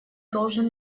должен